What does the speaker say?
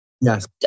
Yes